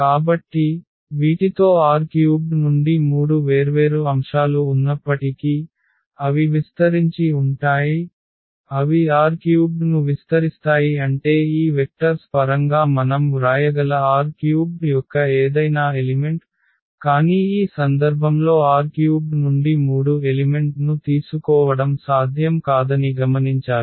కాబట్టి వీటితో R³ నుండి మూడు వేర్వేరు అంశాలు ఉన్నప్పటికీ అవి విస్తరించి ఉంటాయి అవి R³ ను విస్తరిస్తాయి అంటే ఈ వెక్టర్స్ పరంగా మనం వ్రాయగల R³ యొక్క ఏదైనా ఎలిమెంట్ కానీ ఈ సందర్భంలో R³ నుండి మూడు ఎలిమెంట్ ను తీసుకోవడం సాధ్యం కాదని గమనించాలి